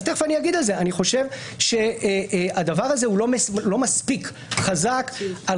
אני חושב שהדבר הזה הוא לא מספיק חזק על